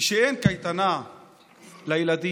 כשאין קייטנה לילדים,